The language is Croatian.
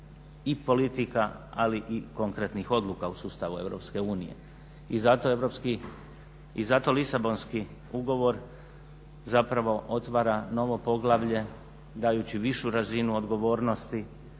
i politika ali i konkretnih odluka u sustavu Europske unije. I zato Lisabonski ugovor zapravo otvara novo poglavlje, dajući višu razinu odgovornosti